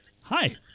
Hi